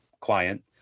client